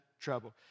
trouble